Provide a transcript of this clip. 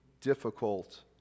difficult